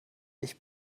ich